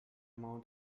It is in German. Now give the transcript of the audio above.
mount